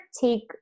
take